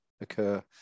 occur